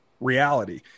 reality